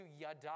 yada